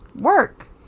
work